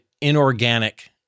inorganic